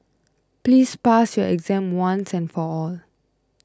please pass your exam once and for all